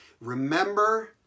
Remember